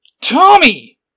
Tommy